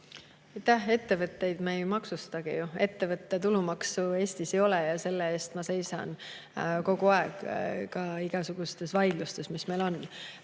Ettevõtteid me ei maksustagi ju. Ettevõtte tulumaksu Eestis ei ole ja selle eest ma seisan kogu aeg igasugustes vaidlustes, mis meil on,